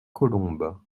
colombes